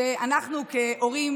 שאנחנו כהורים